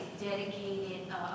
dedicated